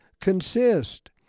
consist